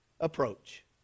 approach